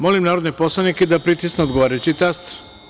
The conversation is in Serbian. Molim narodne poslanike da pritisnu odgovarajući taster.